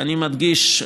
ואני מדגיש,